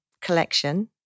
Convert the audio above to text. collection